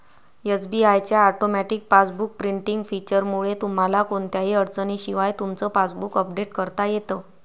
SBI च्या automatic passbook printing फीचरमुळे तुम्हाला कोणत्याही अडचणीशिवाय तुमचं पासबुक अपडेट करता येतं